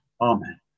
Amen